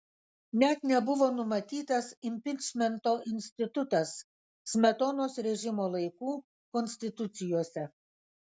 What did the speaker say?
net nebuvo numatytas impičmento institutas smetonos režimo laikų konstitucijose